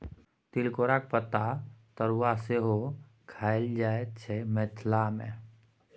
तिलकोराक पातक तरुआ सेहो खएल जाइ छै मिथिला मे